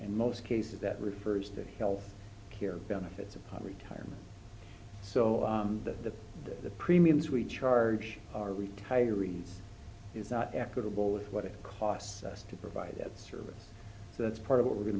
in most cases that refers to health care benefits upon retirement so the the premiums we charge are retirees is not equitable with what it costs us to provide that service so that's part of what we're going